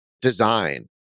design